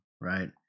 right